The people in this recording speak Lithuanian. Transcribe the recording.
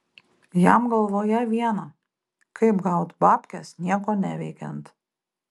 jam galvoje viena kaip gaut babkes nieko neveikiant